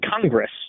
Congress